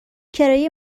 کرایه